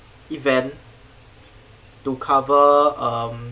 event to cover um